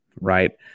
right